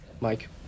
Mike